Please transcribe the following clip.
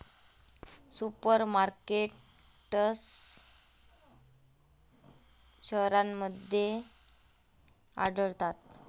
super markets शहरांमध्ये आढळतात